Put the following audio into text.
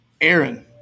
Aaron